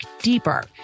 deeper